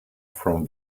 from